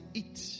eat